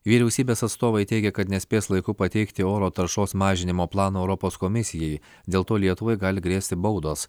vyriausybės atstovai teigia kad nespės laiku pateikti oro taršos mažinimo plano europos komisijai dėl to lietuvai gali grėsti baudos